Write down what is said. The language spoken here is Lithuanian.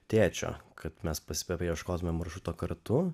tėčio kad mes paieškotumėm maršruto kartu